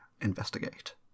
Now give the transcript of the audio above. Investigate